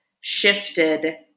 shifted